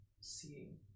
seeing